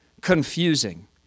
confusing